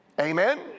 Amen